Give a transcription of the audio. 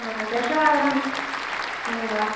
हा दशवादनम् एवं वा